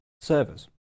servers